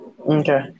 Okay